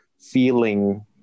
feeling